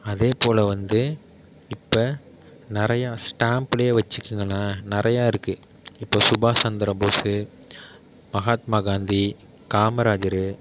அதேபோல் வந்து இப்போ நிறையா ஸ்டாம்ப்புலேயே வச்சுக்கிங்களேன் நிறையாருக்கு இப்போ சுபாஷ் சந்திரபோஸ்ஸு மகாத்மா காந்தி காமராஜர்